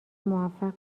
موفق